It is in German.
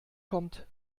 kommt